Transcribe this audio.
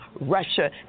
Russia